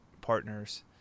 partners